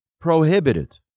prohibited